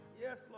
Yes